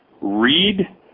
read